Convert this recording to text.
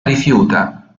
rifiuta